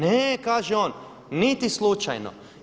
Ne kaže on, niti slučajno.